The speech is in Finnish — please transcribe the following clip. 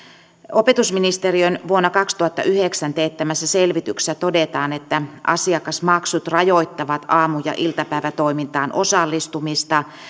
opetusministeriön vuonna kaksituhattayhdeksän teettämässä selvityksessä todetaan että asiakasmaksut rajoittavat aamu ja iltapäivätoimintaan osallistumista